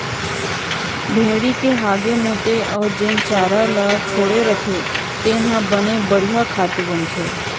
भेड़ी के हागे मूते अउ जेन चारा ल छोड़े रथें तेन ह बने बड़िहा खातू बनथे